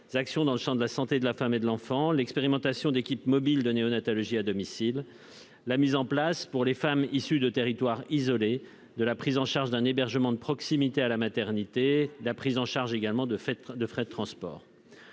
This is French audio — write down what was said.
actions dans le champ de la santé de la femme et de l'enfant. Il y a également l'expérimentation d'équipes mobiles de néonatalogie à domicile, la mise en place pour les femmes issues de territoires isolés de la prise en charge d'un hébergement de proximité à la maternité, ainsi que des frais de transport.